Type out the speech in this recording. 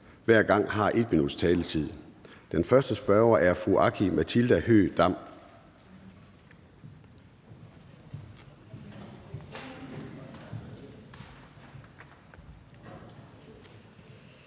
hver gang har 1 minuts taletid. Den første spørger er fru Aki-Matilda Høegh-Dam.